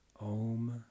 om